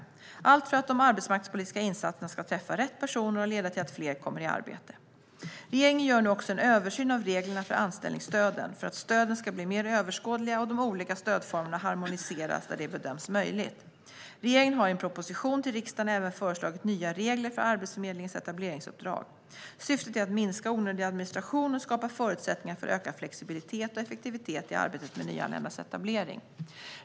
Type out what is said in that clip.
Allt detta har regeringen gjort för att de arbetsmarknadspolitiska insatserna ska träffa rätt personer och leda till att fler kommer i arbete. Regeringen gör nu också en översyn av reglerna för anställningsstöden för att stöden ska bli mer överskådliga och de olika stödformerna harmoniseras där det bedöms möjligt. Regeringen har i en proposition till riksdagen även föreslagit nya regler för Arbetsförmedlingens etableringsuppdrag. Syftet är att minska onödig administration och skapa förutsättningar för ökad flexibilitet och effektivitet i arbetet med nyanländas etablering.